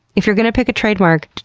if you're gonna pick a trademark,